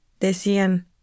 Decían